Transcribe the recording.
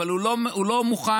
אבל הוא לא הוא לא מוכן